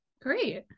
Great